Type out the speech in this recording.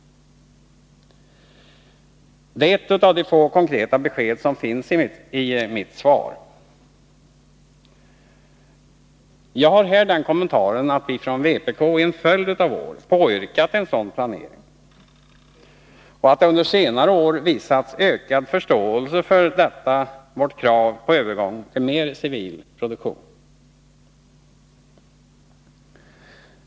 Det är ett av de få konkreta besked som finns i svaret till mig. Från vpk har vi under en följd av år påyrkat en sådan planering, och under senare år har det visats ökad förståelse för detta vårt krav på övergång till mer civil produktion.